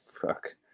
fuck